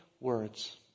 words